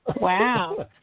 Wow